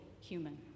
human